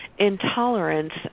intolerance